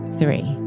three